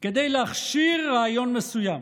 כדי להכשיר רעיון מסוים